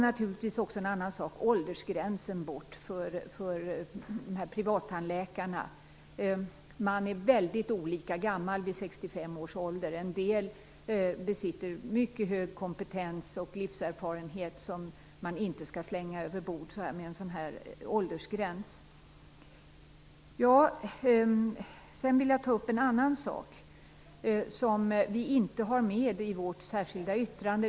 Naturligtvis skall också åldersgränsen för privattandläkarna tas bor. Man är väldigt olika gammal vid 65 års ålder. En del besitter mycket hög kompetens och livserfarenhet som man inte skall slänga över bord med en sådan här åldersgräns. En annan sak som inte finns med i Folkpartiets särskilda yttrande är en fråga som uppmärksammats i en partimotion.